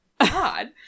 God